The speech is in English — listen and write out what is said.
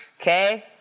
Okay